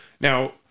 Now